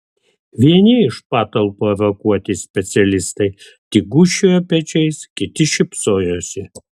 vieni iš patalpų evakuoti specialistai tik gūžčiojo pečiais kiti šypsojosi